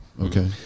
okay